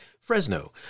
Fresno